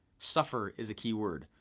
suffer is a key word.